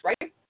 right